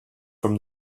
from